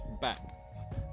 back